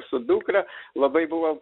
su dukra labai buvo